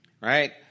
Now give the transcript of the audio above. right